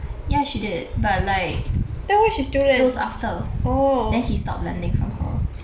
ya she did but like so it's after then he stop lending from her